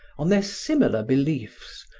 on their similar beliefs,